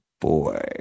boy